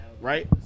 right